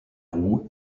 roux